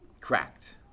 cracked